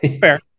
Fair